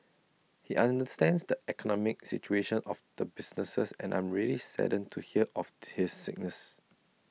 he understands the economic situation of the businesses and I'm really saddened to hear of his sickness